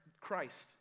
Christ